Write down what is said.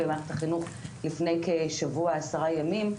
במערכת החינוך לפני כשבוע עשרה ימים,